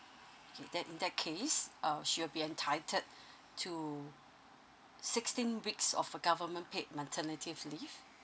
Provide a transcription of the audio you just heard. okay then in that case uh she'll be entitled to sixteen weeks of government paid maternity leave